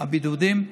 ועל הבידודים.